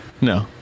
No